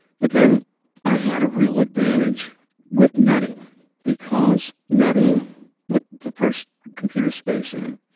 but then i had a real advantage with nutting because nutting put the first computer space in.